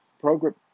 program